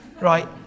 right